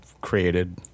created